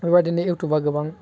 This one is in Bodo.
बेबादिनो इउटुबा गोबां